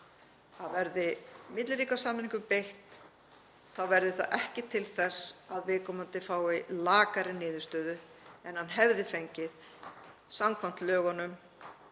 að verði milliríkjasamningum beitt þá verði það ekki til þess að viðkomandi fái lakari niðurstöðu en hann hefði fengið samkvæmt lögunum